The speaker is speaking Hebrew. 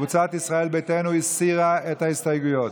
קבוצת ישראל ביתנו הסירה את ההסתייגויות.